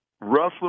Russell